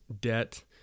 debt